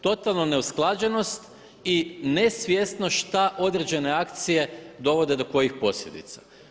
Totalna neusklađenost i nesvjesnost šta određene akcije dovode do kojih posljedica.